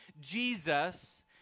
Jesus